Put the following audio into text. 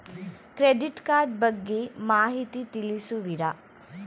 Credit card ಬಗ್ಗೆ ಮಾಹಿತಿ ತಿಳಿಸುವಿರಾ?